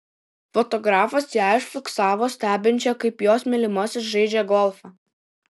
fotografas ją užfiksavo stebinčią kaip jos mylimasis žaidžią golfą